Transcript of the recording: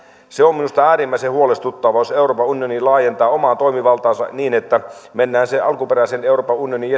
se on minusta äärimmäisen huolestuttavaa jos euroopan unioni laajentaa omaa toimivaltaansa niin että mennään sen alkuperäisen euroopan unionin